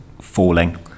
falling